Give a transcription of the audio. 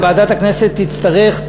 וועדת הכנסת תצטרך,